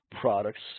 products